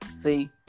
See